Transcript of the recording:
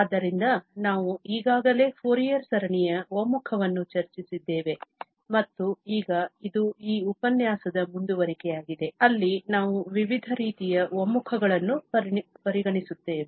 ಆದ್ದರಿಂದ ನಾವು ಈಗಾಗಲೇ ಫೋರಿಯರ್ ಸರಣಿಯ ಒಮ್ಮುಖವನ್ನು ಚರ್ಚಿಸಿದ್ದೇವೆ ಮತ್ತು ಈಗ ಇದು ಆ ಉಪನ್ಯಾಸದ ಮುಂದುವರಿಕೆಯಾಗಿದೆ ಅಲ್ಲಿ ನಾವು ವಿವಿಧ ರೀತಿಯ ಒಮ್ಮುಖಗಳನ್ನು ಪರಿಗಣಿಸುತ್ತೇವೆ